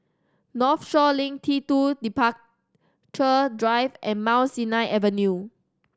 Northshore Link T Two Departure Drive and Mount Sinai Avenue